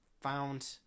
found